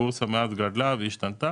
צריך לזכור שהבורסה מאז גדלה והשתנתה.